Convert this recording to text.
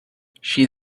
she